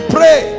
Pray